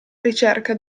ricerca